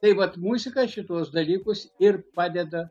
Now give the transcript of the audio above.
tai vat muzika šituos dalykus ir padeda